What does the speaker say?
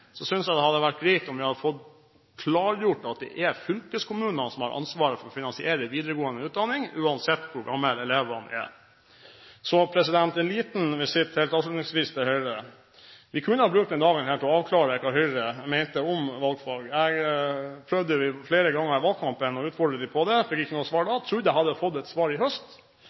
synes jeg det hadde vært greit om vi hadde klargjort at det er fylkeskommunene som har ansvaret for å finansiere videregående utdanning – uansett hvor gamle elevene er. Så en liten visitt, helt avslutningsvis, til Høyre: Vi kunne ha brukt denne dagen til å avklare hva Høyre mener om valgfag. Jeg prøvde flere ganger i valgkampen å utfordre dem på det, men fikk ikke noe svar. Jeg trodde jeg hadde fått et svar i høst.